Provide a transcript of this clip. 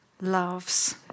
loves